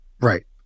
Right